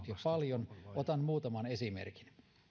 paljon otan muutaman esimerkin